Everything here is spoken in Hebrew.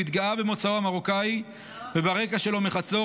הוא התגאה במוצאו המרוקאי וברקע שלו מחצור,